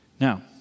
Now